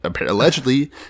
allegedly